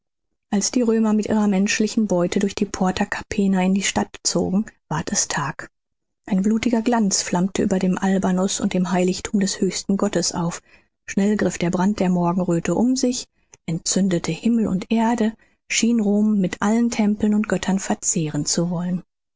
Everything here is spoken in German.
als die römer mit ihrer menschlichen beute durch die porta capena in die stadt zogen ward es tag ein blutiger glanz flammte über dem albanus und dem heiligthum des höchsten gottes auf schnell griff der brand der morgenröthe um sich entzündete himmel und erde schien rom mit allen tempeln und göttern verzehren zu wollen